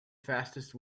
fastest